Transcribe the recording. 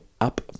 Up